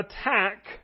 attack